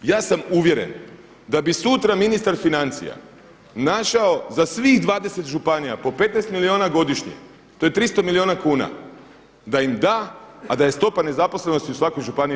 Ja sam uvjeren da bi sutra ministar financija našao za svih 20 županija po 15 milijuna godišnje, to je 300 milijuna kuna da im da, a da je stopa nezaposlenosti u svakoj županiji 5%